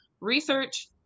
research